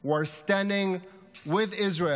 who are standing with Israel,